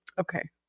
Okay